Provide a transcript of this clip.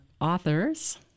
authors